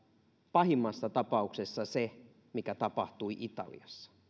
pahimmassa tapauksessa se mikä tapahtui italiassa